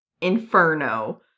Inferno